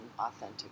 authentic